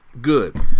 Good